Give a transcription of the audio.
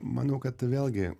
manau kad vėlgi